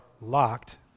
locked